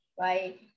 right